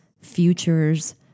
futures